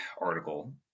article